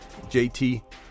JT